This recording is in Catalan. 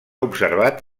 observat